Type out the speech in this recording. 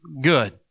good